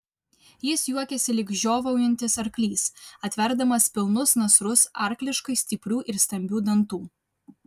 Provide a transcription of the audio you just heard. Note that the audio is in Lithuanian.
jis juokėsi lyg žiovaujantis arklys atverdamas pilnus nasrus arkliškai stiprių ir stambių dantų